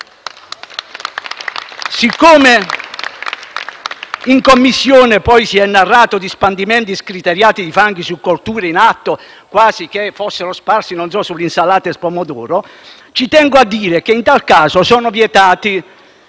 Siccome in Commissione si è poi narrato di spandimenti scriteriati di fanghi su colture in atto, quasi che fossero sparsi - non so - su insalata e pomodori, tengo a dire che, in tal caso, essi sono vietati